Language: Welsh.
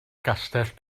gastell